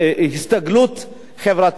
והסתגלות חברתית,